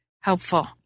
helpful